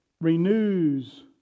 renews